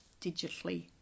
digitally